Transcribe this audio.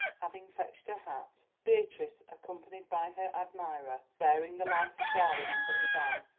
having fetched her hat, beatrice, accompanied by her admirer, bearing the life of darwin under his arm,